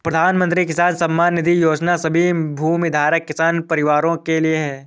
प्रधानमंत्री किसान सम्मान निधि योजना सभी भूमिधारक किसान परिवारों के लिए है